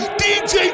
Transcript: dj